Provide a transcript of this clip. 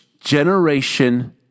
generation